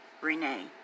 Renee